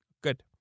Good